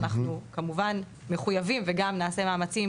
ואנחנו כמובן מחויבים וגם נעשה מאמצים,